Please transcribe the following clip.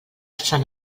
sant